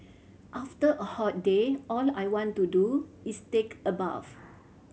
after a hot day all I want to do is take a bath